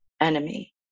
enemy